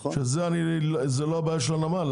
זאת לא הבעיה של הנמל,